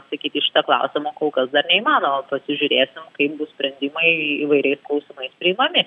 atsakyti į šitą klausimą kol kas dar neįmanoma pasižiūrėsim kaip bus pirkimai įvairiais klausimais priimami